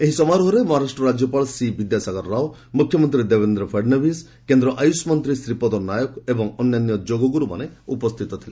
ଏହି ସମାରୋହରେ ମହାରାଷ୍ଟ ରାଜ୍ୟପାଳ ସି ବିଦ୍ୟାସାଗର ରାଓ ମ୍ରଖ୍ୟମନ୍ତ୍ରୀ ଦେବେନ୍ଦ ଫଡ଼ନାବିସ୍ କେନ୍ଦ୍ ଆୟୁଷ ମନ୍ତ୍ରୀ ଶ୍ରୀପଦ ନାୟକ ଏବଂ ଅନ୍ୟାନ୍ୟ ଯୋଗଗୁରୁମାନେ ଉପସ୍ଥିତ ଥିଲେ